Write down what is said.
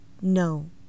No